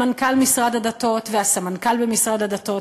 למנכ"ל משרד הדתות והסמנכ"ל במשרד הדתות,